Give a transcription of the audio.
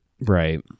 right